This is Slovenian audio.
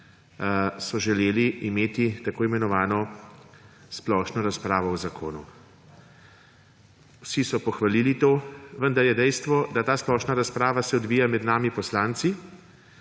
želeli imeti tako imenovano splošno razpravo o zakonu. Vsi so pohvalili to, vendar je dejstvo, da ta splošna razprava se odvija med nami poslanci,